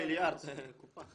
מיליארד, קופה.